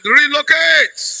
relocate